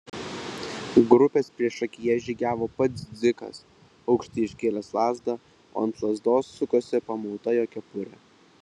grupės priešakyje žygiavo pats dzikas aukštai iškėlęs lazdą o ant lazdos sukosi pamauta jo kepurė